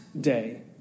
day